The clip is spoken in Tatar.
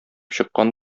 чыккан